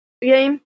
game